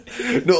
No